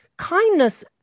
kindness